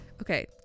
Okay